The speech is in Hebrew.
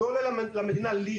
זה לא עולה למדינה לירה.